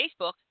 Facebook